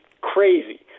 crazy